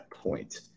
point